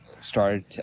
started